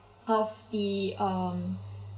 of the um